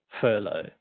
furlough